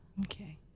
Okay